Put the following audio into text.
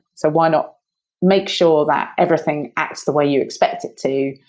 so why not make sure that everything acts the way you expect it to.